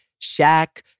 Shaq